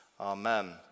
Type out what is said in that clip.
Amen